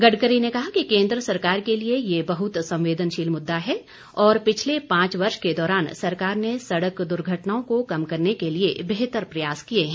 गडकरी ने कहा कि केन्द्र सरकार के लिए यह बहुत संवेदनशील मुद्दा है और पिछले पांच वर्ष के दौरान सरकार ने सड़क दुर्घटनाओं को कम करने के लिए बेहतर प्रयास किये हैं